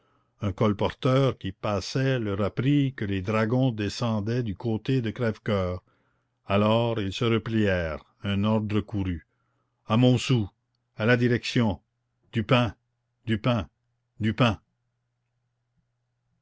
un colporteur qui passait leur apprit que les dragons descendaient du côté de crèvecoeur alors ils se replièrent un ordre courut a montsou à la direction du pain du pain du pain